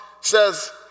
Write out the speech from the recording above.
says